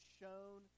shown